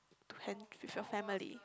to have with your family